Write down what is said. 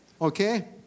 Okay